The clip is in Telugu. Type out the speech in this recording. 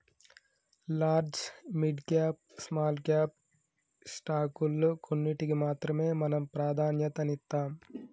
large, mid cap, small cap స్టాకుల్లో కొన్నిటికి మాత్రమే మనం ప్రాధన్యతనిత్తాం